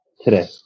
today